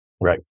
Right